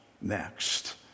next